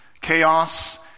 Chaos